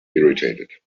irritated